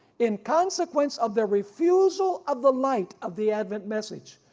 in consequence of their refusal of the light of the advent message,